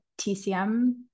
tcm